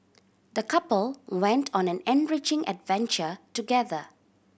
the couple went on an enriching adventure together